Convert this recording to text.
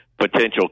potential